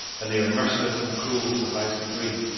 and they were merciless and cruel to the highest degree,